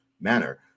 manner